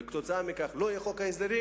וכתוצאה מכך לא יהיה חוק ההסדרים.